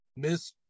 Miss